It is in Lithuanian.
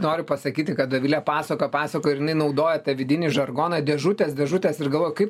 noriu pasakyti kad dovilė pasakojo pasakojo ir jinai naudojo tą vidinį žargoną dėžutės dėžutės ir galvoju kaip